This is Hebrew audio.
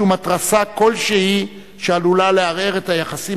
משום התרסה כלשהי שעלולה לערער את היחסים